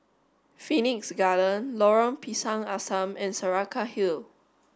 Phoenix Garden Lorong Pisang Asam and Saraca Hill